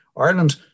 Ireland